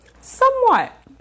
Somewhat